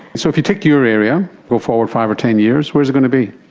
so if you take your area, go forward five or ten years, where is it going to be?